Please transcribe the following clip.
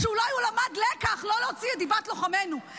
שאולי הוא למד לקח לא להוציא את דיבת לוחמינו.